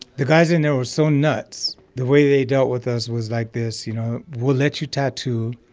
the guys in there were so nuts. the way they dealt with us was like this, you know, we'll let you tattoo,